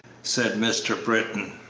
said mr. britton,